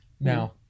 Now